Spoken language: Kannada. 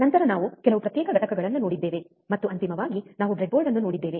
ನಂತರ ನಾವು ಕೆಲವು ಪ್ರತ್ಯೇಕ ಘಟಕಗಳನ್ನು ನೋಡಿದ್ದೇವೆ ಮತ್ತು ಅಂತಿಮವಾಗಿ ನಾವು ಬ್ರೆಡ್ಬೋರ್ಡ್ ಅನ್ನು ನೋಡಿದ್ದೇವೆ